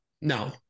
No